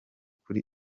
kuri